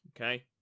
Okay